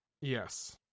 Yes